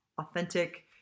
authentic